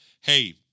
Hey